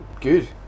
Good